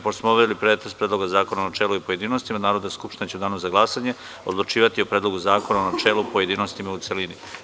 Pošto smo obavili pretres Predloga zakona u načelu i u pojedinostima, Narodna skupština će u Danu za glasanje odlučivati o Predlogu zakona u načelu i pojedinostima u celini.